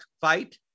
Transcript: fight